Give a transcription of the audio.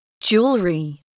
Jewelry